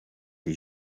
les